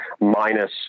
minus